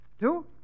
two